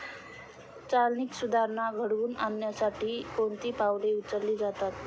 चालनीक सुधारणा घडवून आणण्यासाठी कोणती पावले उचलली जातात?